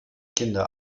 kinder